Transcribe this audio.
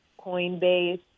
Coinbase